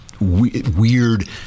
weird